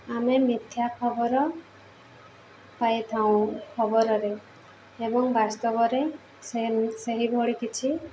ଆମେ ମିଥ୍ୟା ଖବର ପାଇଥାଉ ଖବରରେ ଏବଂ ବାସ୍ତବରେ ସେ ସେହିଭଳି କିଛି